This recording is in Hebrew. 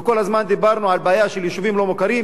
כי כל הזמן דיברנו על בעיה של יישובים לא מוכרים